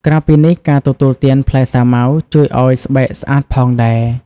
ក្រៅពីនេះ ការទទួលទាន ផ្លែសាវម៉ាវ ជួយអោយស្បែកស្អាតផងដែរ។